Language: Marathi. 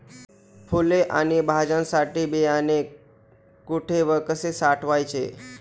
फुले आणि भाज्यांसाठी बियाणे कुठे व कसे साठवायचे?